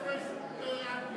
יראה את זה בפייסבוק באנגליה,